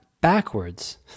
backwards